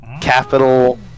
Capital